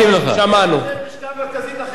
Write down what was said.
לא מתאים לך, דב, אתה אדם הגון.